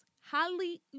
Holly